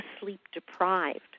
sleep-deprived